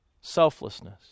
Selflessness